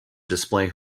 display